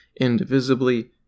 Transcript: indivisibly